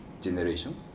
generation